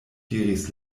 diris